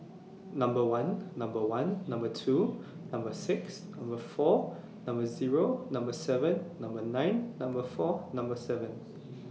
Number one Number one Number two Number six Number four Number Zero Number seven Number nine Number four Number seven